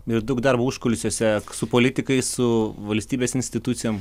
ir daug darbo užkulisiuose su politikais su valstybės institucijom